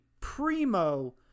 primo